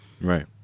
Right